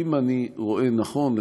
שאם אני רואה נכון,